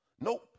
Nope